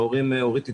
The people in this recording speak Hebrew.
להורים אורית התייחסה.